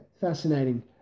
fascinating